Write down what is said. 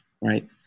right